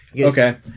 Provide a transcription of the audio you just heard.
Okay